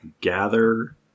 gather